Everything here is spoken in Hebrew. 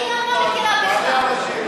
אני לא מחכה לתשובה שלך,